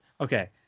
okay